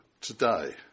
today